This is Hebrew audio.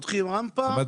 פותחים רמפה --- זאת אומרת,